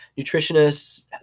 nutritionists